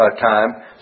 time